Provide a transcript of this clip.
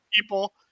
people